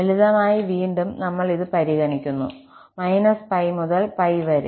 ലളിതമായി വീണ്ടും നമ്മൾ ഇത് പരിഗണിക്കുന്നു 𝜋 മുതൽ 𝜋 വരെ